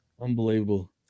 Unbelievable